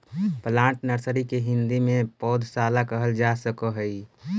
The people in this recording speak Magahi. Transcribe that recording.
प्लांट नर्सरी के हिंदी में पौधशाला कहल जा सकऽ हइ